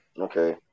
Okay